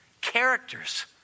characters